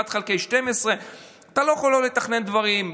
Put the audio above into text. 1 חלקי 12. אתה לא יכול לתכנן דברים,